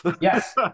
Yes